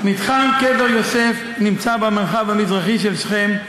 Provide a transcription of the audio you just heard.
מתחם קבר יוסף נמצא במרחב המזרחי של שכם,